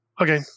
okay